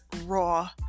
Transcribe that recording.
raw